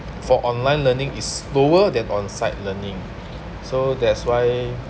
for online learning is slower than on site learning so that's why